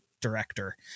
director